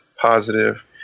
positive